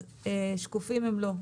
אז שקופים הם לא.